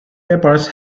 papers